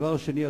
הדבר השני,